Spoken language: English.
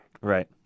Right